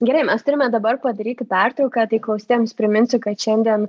gerai mes turime dabar padaryti pertrauką tai klausytojams priminsiu kad šiandien